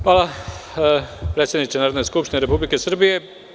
Hvala, predsedniče Narodne skupštine Republike Srbije.